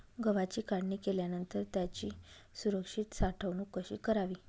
गव्हाची काढणी केल्यानंतर त्याची सुरक्षित साठवणूक कशी करावी?